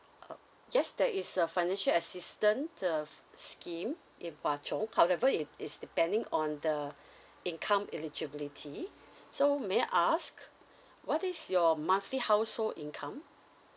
uh yes there is a financial assistance uh scheme in hwa chong however it it's depending on the income eligibility so may I ask what is your monthly household income